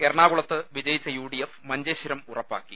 എറണാകുളത്ത് വിജയിച്ച യുഡിഎഫ് മഞ്ചേശ്വരം ഉറപ്പാക്കി